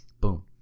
Boom